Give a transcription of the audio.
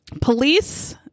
police